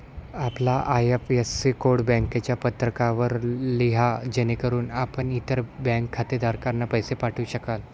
आपला IFSC code बँकेच्या पत्रकावर लिहा जेणेकरून आपण इतर बँक खातेधारकांना पैसे पाठवू शकाल